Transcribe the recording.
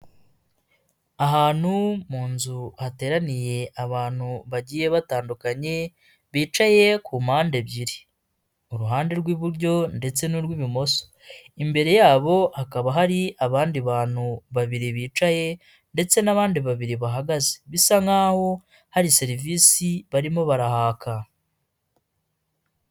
Ahantu mu nzu hateraniye abantu bagiye batandukanye, bicaye ku mpande ebyiri, uruhande rw'iburyo ndetse n'urw'ibumoso, imbere yabo hakaba hari abandi bantu babiri bicaye ndetse n'abandi babiri bahagaze, bisa nkaho hari serivisi barimo barahaka.